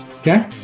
okay